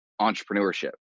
entrepreneurship